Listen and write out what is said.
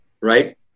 right